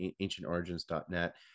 ancientorigins.net